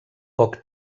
poc